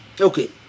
Okay